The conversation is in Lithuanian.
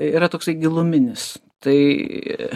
yra toksai giluminis tai